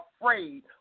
afraid